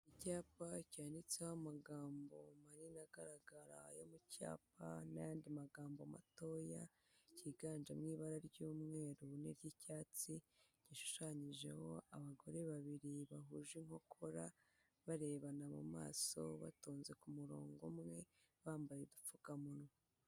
Icyapa cyanditseho amagambo manini agaragara yo mu cyapa n'ayandi magambo matoya cyiganjemo ibara ry'umweru n'iry'icyatsi gishushanyijeho abagore babiri bahuje inkokora, barebana mu maso, batonze murongo umwe, bambaye udupfukamunwa.